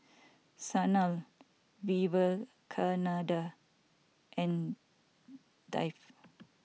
Sanal Vivekananda and Dev